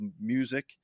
music